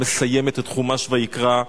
המסיימת את חומש ויקרא,